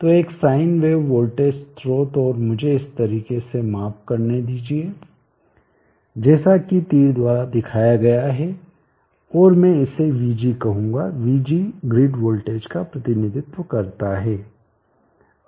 तो एक sine wave voltage स्रोत और मुझे इस तरीके से माप करने दीजिये जैसा कि तीर द्वारा दिखाया गया है और मैं इसे vg कहूंगा vg ग्रिड वोल्टेज का प्रतिनिधित्व करता है